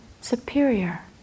superior